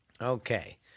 Okay